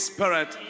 Spirit